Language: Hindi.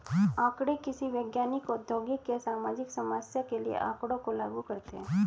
आंकड़े किसी वैज्ञानिक, औद्योगिक या सामाजिक समस्या के लिए आँकड़ों को लागू करते है